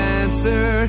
answer